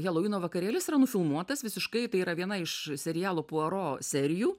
helovyno vakarėlis yra nufilmuotas visiškai tai yra viena iš serialo puaro serijų